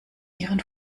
ihren